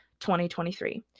2023